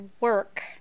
work